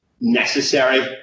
necessary